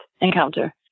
encounter